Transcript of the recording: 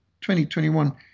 2021